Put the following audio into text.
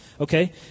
Okay